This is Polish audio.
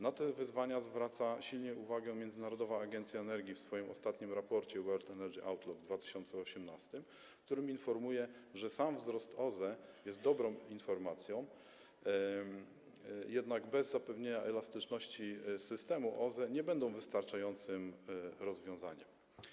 Na te wyzwania silnie zwraca uwagę Międzynarodowa Agencja Energetyczna w swoim ostatnim raporcie World Energy Outlook z 2018 r., w którym informuje, że sam wzrost OZE jest dobrą informacją, jednak bez zapewnienia elastyczności systemu OZE nie będą wystarczającym rozwiązaniem.